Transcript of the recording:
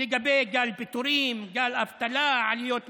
לגבי גל פיטורין, גל אבטלה, עליות מחירים,